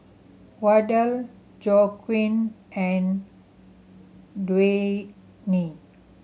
Wardell Joaquin and Dwayne